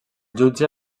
jutge